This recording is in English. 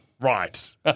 right